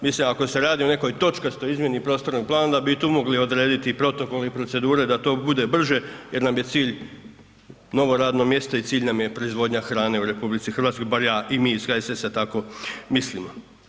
Mislim ako se radi o nekoj točkastoj izmjeni prostornog plana onda bi i tu mogli odrediti protokol i procedure da to bude brže jer nam je cilj novo radno mjesto i cilj nam je proizvodnja hrane u RH, bar ja i mi iz HSS-a tako mislimo.